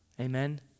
Amen